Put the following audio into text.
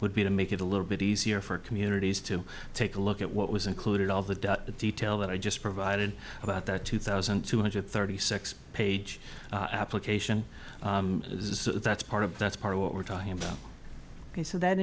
would be to make it a little bit easier for communities to take a look at what was included all the detail that i just provided about that two thousand two hundred thirty six page application is that's part of that's part of what we're talking about ok so that